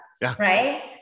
right